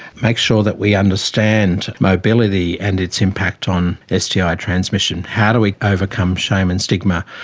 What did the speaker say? make sure that we understand mobility and its impact on ah sti transmission, how do we overcome shame and stigma,